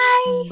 Bye